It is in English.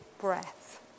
breath